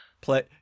play